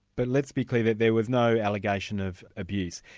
but let's be clear that there was no allegation of abuse.